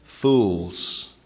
fools